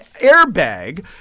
airbag